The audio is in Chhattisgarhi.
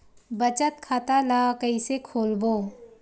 बचत खता ल कइसे खोलबों?